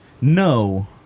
no